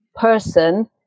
person